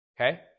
Okay